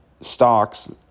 stocks